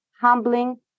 humbling